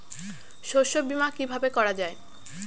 শস্য বীমা কিভাবে করা যায়?